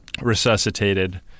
resuscitated